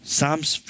Psalms